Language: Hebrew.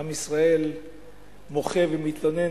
שעם ישראל מוחה ומתלונן,